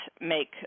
make